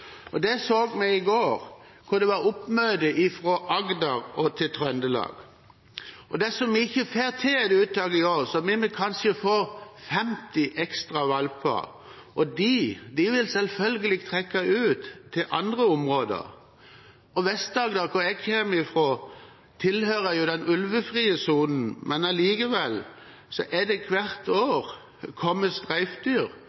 sonen. Det så vi i går, hvor det var frammøtte fra Agder til Trøndelag. Dersom vi ikke får til det uttaket i år, vil vi kanskje få femti ekstra valper, og de vil selvfølgelig trekke ut til andre områder. Vest-Agder, hvor jeg kommer fra, tilhører den ulvefrie sonen, men allikevel er det hvert